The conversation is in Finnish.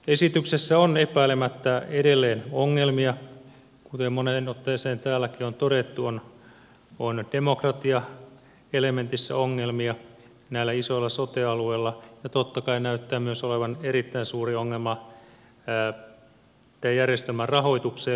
esityksessä on epäilemättä edelleen ongelmia kuten moneen otteeseen täälläkin on todettu on demokratiaelementissä ongelmia näillä isoilla sote alueilla ja totta kai näyttää olevan erittäin suuri ongelma myös tämän järjestelmän rahoitukseen liittyen